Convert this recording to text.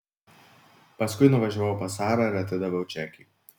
paskui nuvažiavau pas sarą ir atidaviau čekį